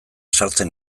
sartzen